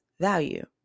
value